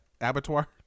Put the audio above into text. abattoir